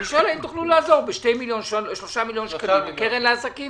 אני שואל האם תוכלו לעזור בשניים-שלושה מיליון שקלים מהקרן לעסקים